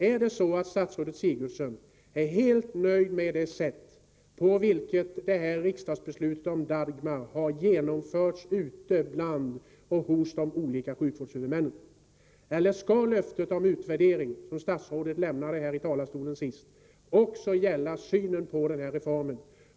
Är statsrådet Sigurdsen helt nöjd med det sätt på vilket riksdagsbeslutet om Dagmar har genomförts hos de olika sjukvårdshuvudmännen, eller skall det löfte om en utvärdering som statsrådet lämnade här i talarstolen i sitt senaste inlägg också gälla synen på den här reformen?